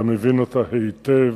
אתה מבין אותה היטב.